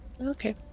Okay